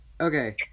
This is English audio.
Okay